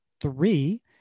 three